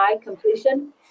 completion